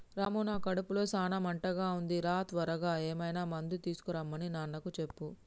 రాము నా కడుపులో సాన మంటగా ఉంది రా త్వరగా ఏమైనా మందు తీసుకొనిరమన్ని నాన్నకు చెప్పు